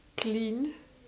clean